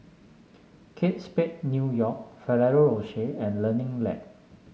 Kate Spade New York Ferrero Rocher and Learning Lab